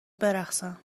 برقصم